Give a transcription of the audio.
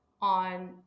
on